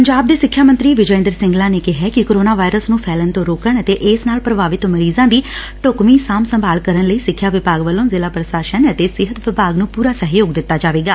ਪੰਜਾਬ ਦੇ ਸਿੱਖਿਆ ਮੰਤਰੀ ਵਿਜੈ ਇੰਦਰ ਸਿੰਗਲਾ ਨੇ ਕਿਹਾ ਕਿ ਕੋਰੋਨਾ ਵਾਇਰਸ ਨੂੰ ਫੈਲਣ ਤੋ ਰੋਕਣ ਅਤੇ ਇਸ ਨਾਲ ਪ੍ਰਭਾਵਿਤ ਮਰੀਜ਼ਾਂ ਦੀ ਢੁੱਕਵੀ ਸਾਂਭ ਸੰਭਾਲ ਕਰਨ ਲਈ ਸਿੱਖਿਆ ਵਿਭਾਗ ਵੱਲੋਂ ਜ਼ਿਲਾ ਪੁਸ਼ਾਸਨ ਅਤੇ ਸਿਹਤ ਵਿਭਾਗ ਨੰ ਪੁਰਾ ਸਹਿਯੋਗ ਦਿੱਤਾ ਜਾਵੇਗਾ